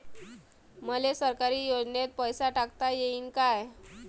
मले सरकारी योजतेन पैसा टाकता येईन काय?